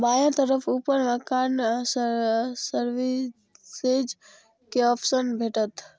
बायां तरफ ऊपर मे कार्ड सर्विसेज के ऑप्शन भेटत